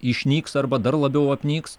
išnyks arba dar labiau apnyks